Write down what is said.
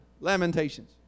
Lamentations